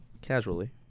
casually